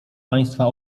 państwa